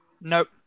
Nope